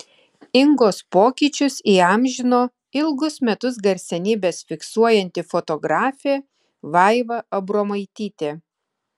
ingos pokyčius įamžino ilgus metus garsenybes fiksuojanti fotografė vaiva abromaitytė